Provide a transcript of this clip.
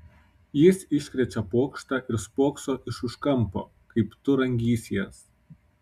jis iškrečia pokštą ir spokso iš už kampo kaip tu rangysies